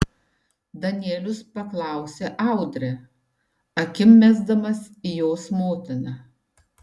danielius paklausė audrę akim mesdamas į jos motiną